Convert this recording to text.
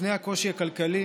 לפני הקושי הכלכלי